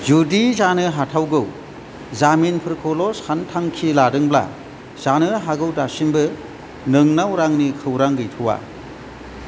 जुदि जानो हाथावगौ जामिनफोरखौल' सानथांखि लादोंब्ला जानो हागौ दासिमबो नोंनाव रांनि खौरां गैथ'वा